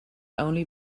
only